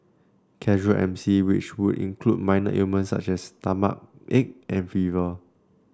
casual M C which would include minor ailments such as stomachache and fever